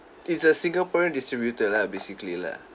it's a singaporean distributor lah basically lah